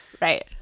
right